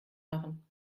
machen